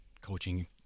coaching